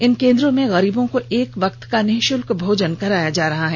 इन केंद्रों में गरीबों को एक वक्त का निः शल्क भोजन कराया जा रहा है